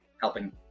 helping